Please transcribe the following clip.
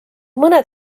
mõned